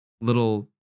little